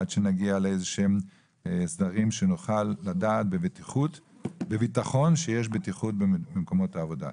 עד שנגיע להסדרים שנוכל לדעת בביטחון שיש בטיחות במקומות העבודה.